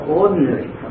ordinary